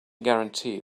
guarantee